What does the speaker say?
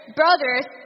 brothers